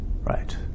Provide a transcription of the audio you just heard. right